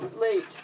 late